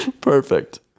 Perfect